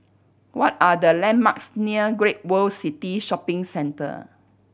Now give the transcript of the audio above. what are the landmarks near Great World City Shopping Centre